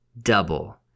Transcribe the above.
double